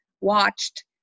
watched